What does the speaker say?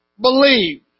believe